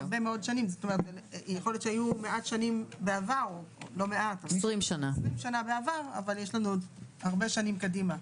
יכול להיות שהיו 20 שנים בעבר אבל יש לנו עוד הרבה שנים קדימה.